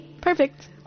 Perfect